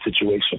situation